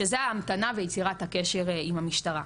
שזה ההמתנה ויצירת הקשר עם המשטרה.